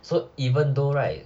so even though right